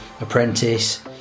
apprentice